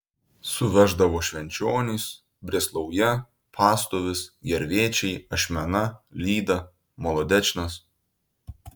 suveždavo švenčionys brėslauja pastovis gervėčiai ašmena lyda molodečnas